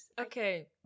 Okay